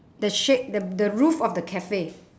the shade the the roof of the cafe